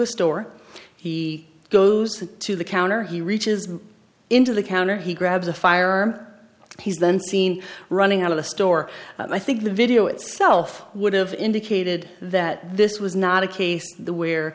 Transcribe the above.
a store he goes to the counter he reaches into the counter he grabs a firearm he's then seen running out of the store i think the video itself would have indicated that this was not a case where